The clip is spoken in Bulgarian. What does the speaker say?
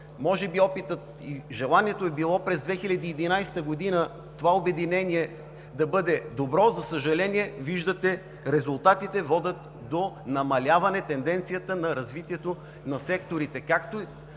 Може би опитът и желанието е било през 2011 г. това обединение да бъде добро, за съжаление, виждате, че резултатите водят до намаляване тенденцията на развитието на секторите